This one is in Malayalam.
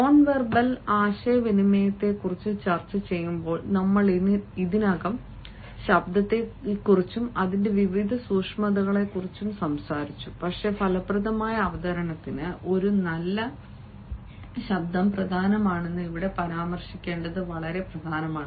നോൺവെർബൽ ആശയവിനിമയത്തെക്കുറിച്ച് ചർച്ചചെയ്യുമ്പോൾ നമ്മൾ ഇതിനകം ശബ്ദത്തെയും അതിന്റെ വിവിധ സൂക്ഷ്മതകളെയും കുറിച്ച് സംസാരിച്ചു പക്ഷേ ഫലപ്രദമായ അവതരണത്തിന് ഒരു നല്ല ശബ്ദവും പ്രധാനമാണെന്ന് ഇവിടെ പരാമർശിക്കേണ്ടത് വളരെ പ്രധാനമാണ്